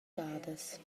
gadas